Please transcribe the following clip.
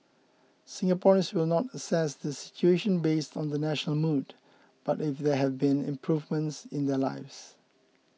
Singaporeans will not assess the situation based on the national mood but if there have been improvements in their lives